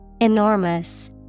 Enormous